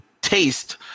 taste